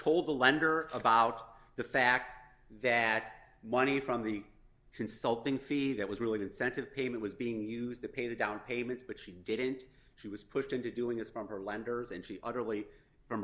told the lender about the fact that money from the consulting fee that was really incentive payment was being used to pay down payments but she didn't she was pushed into doing this from her lenders and she utterly from